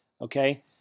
Okay